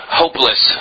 hopeless